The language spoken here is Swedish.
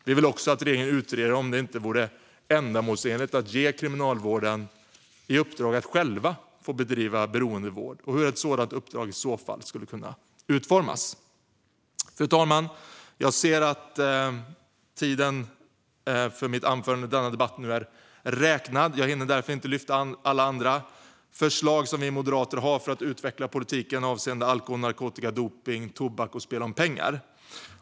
Vi vill också att regeringen utreder om det inte vore ändamålsenligt att ge Kriminalvården i uppdrag att också själv bedriva beroendevård och hur ett sådant uppdrag i så fall skulle kunna utformas. Fru talman! Jag ser att tiden för mitt anförande i denna debatt nu är räknad. Jag hinner därför inte lyfta alla andra förslag som vi moderater har för att utveckla politiken avseende alkohol, narkotika, dopning, tobak och spel om pengar.